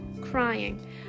crying